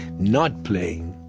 not playing,